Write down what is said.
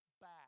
back